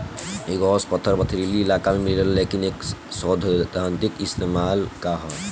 Igneous पत्थर पथरीली इलाका में मिलेला लेकिन एकर सैद्धांतिक इस्तेमाल का ह?